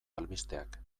albisteak